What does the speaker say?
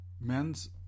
Men's